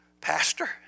Pastor